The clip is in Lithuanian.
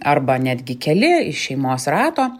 arba netgi keli iš šeimos rato